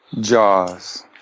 Jaws